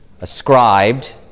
ascribed